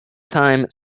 time